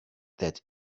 that